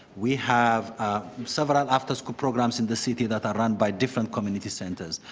we have several after school programs in the city that are run by different community centres.